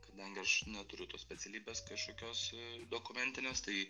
kadangi aš neturiu tos specialybės kažkokios dokumentinės tai